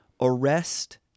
arrest